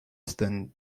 than